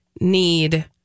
need